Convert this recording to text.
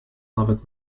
nawet